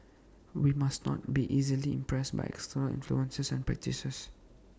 we must not be easily impressed by external influences and practices